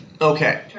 Okay